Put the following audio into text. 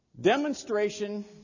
Demonstration